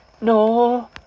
No